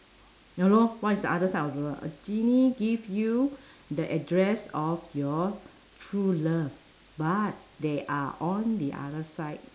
ya lor what is the other side of the world a genie give you the address of your true love but they are on the other side